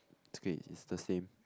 it's okay it's the same